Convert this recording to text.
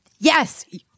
Yes